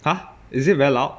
!huh! is it very loud